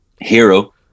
hero